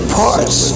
parts